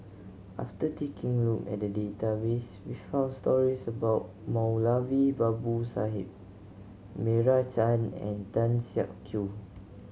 after taking a look at the database we found stories about Moulavi Babu Sahib Meira Chand and Tan Siak Kew